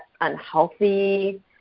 unhealthy